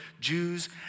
Jews